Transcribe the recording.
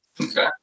Okay